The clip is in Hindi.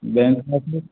बैंक